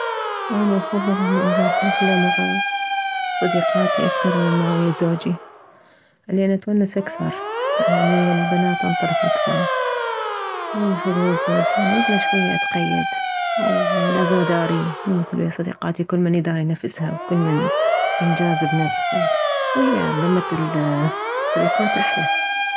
اني افضل انه اروح رحلة مع صديقاتي اكثر مما انه ويه زوجي لان اتونس اكثر يعني ويه البنات انطلق اكثر مو مثل ويه زوجي يهني الا شوية اتقيد ولازم اداريه مو مثل ويه صديقاتي كلمن يداري نفسها وكلمن ينجاز بنفسه وهي لمة الصديقات احلى